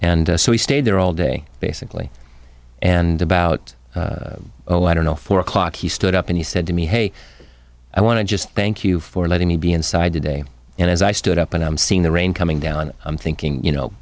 and so he stayed there all day basically and about oh i don't know four o'clock he stood up and he said to me hey i want to just thank you for letting me be inside today and as i stood up and i'm seeing the rain coming down i'm thinking you know